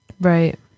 Right